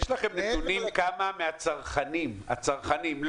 יש לכם נתונים כמה מהצרכנים הצרכנים,